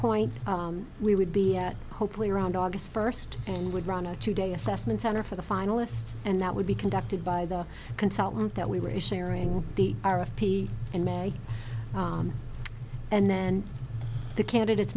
point we would be hopefully around august first and would run a two day assessment center for the finalists and that would be conducted by the consultant that we were a sharing the r f p in may and then the candidates